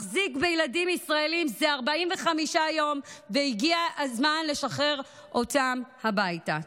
מחזיק בילדים ישראלים זה 45 יום והגיע הזמן לשחרר אותם הביתה.